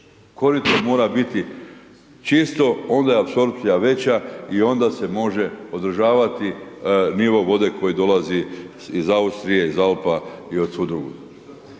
Korito mora biti čisto, onda je apsorpcija veća i onda se može održavati nivo vode koji dolazi iz Austrije iz Alpa i od svud drugud.